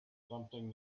something